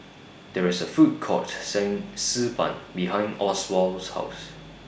There IS A Food Court Selling Xi Ban behind Oswald's House